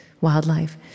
wildlife